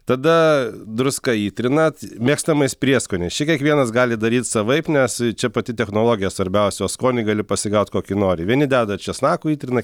tada druska įtrinat mėgstamais prieskoniais čia kiekvienas gali daryt savaip nes čia pati technologija svarbiausia o skonį gali pasigaut kokį nori vieni deda česnaku įtrina